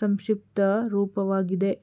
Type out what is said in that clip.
ಸಂಕ್ಷಿಪ್ತ ರೂಪವಾಗಿದೆ